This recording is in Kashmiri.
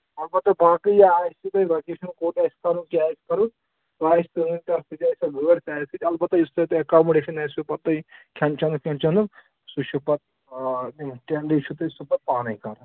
اَلبتہ باقٕے یہِ آسیو تۄہہِ وکیشَن کوٚت آسہِ کَرُن کیٛاہ آسہِ کَرُن آسہِ تٕہٕنٛدۍ تہِ اَتھ سۭتۍ آسو لٲڑ سۄ آسہِ سۭتۍ البتہ یُس تۄہہِ تۄہہِ اٮ۪کامُڈیشَن آسِوٕ پَتہٕ تۄہہِ کھٮ۪ن چٮ۪نُک کھٮ۪ن چٮ۪نُک سُہ چھُ پَتہٕ یِم ٹٮ۪نڈی چھُو تۄہہِ صُبحٲے پانَے کران